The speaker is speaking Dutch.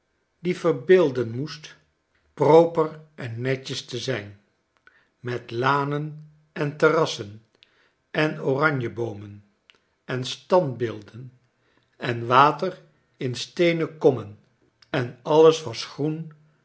die verbeelden moest proper en netjes te zijn met lanen en terrassen en oranjeboomen en standbeelden en water in steenen kommen en alles wasgroen